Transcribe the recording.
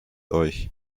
euch